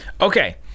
okay